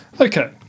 Okay